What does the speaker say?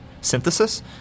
synthesis